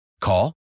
call